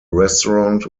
restaurant